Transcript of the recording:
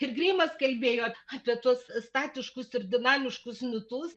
ir greimas kalbėjo apie tuos statiškus ir dinamiškus mitus